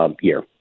year